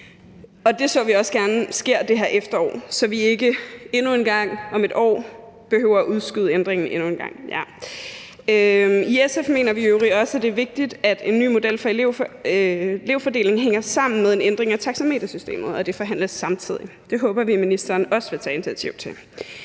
Det ser vi også gerne sker i det her efterår, så vi ikke om et år behøver at udskyde ændringen endnu en gang. I SF mener vi i øvrigt også, at det er vigtigt, at en ny model for elevfordeling hænger sammen med en ændring af taxametersystemet, og at det forhandles samtidig. Det håber vi ministeren også vil tage initiativ til.